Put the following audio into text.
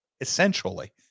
Essentially